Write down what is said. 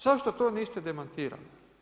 Zašto to niste demantirali?